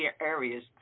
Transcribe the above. areas